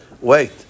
wait